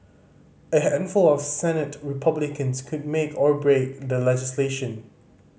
a handful of Senate Republicans could make or break the legislation